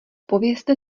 povězte